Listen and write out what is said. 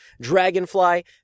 Dragonfly